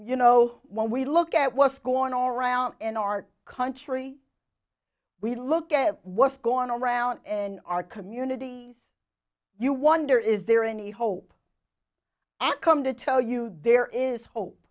you know when we look at what's going on around in our country we look at what's going around in our communities you wonder is there any hope and come to tell you there is hope